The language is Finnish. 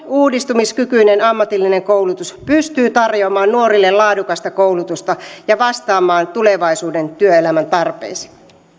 uudistumiskykyinen ammatillinen koulutus pystyy tarjoamaan nuorille laadukasta koulutusta ja vastaamaan tulevaisuuden työelämän tarpeisiin